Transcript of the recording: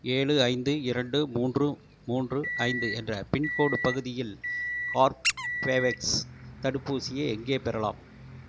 ஏழு ஐந்து இரண்டு மூன்று மூன்று ஐந்து என்ற பின்கோட் பகுதியில் கார்பவேக்ஸ் தடுப்பூசியை எங்கே பெறலாம்